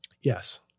Yes